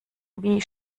wie